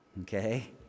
okay